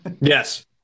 Yes